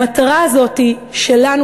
המטרה הזאת שלנו,